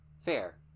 Fair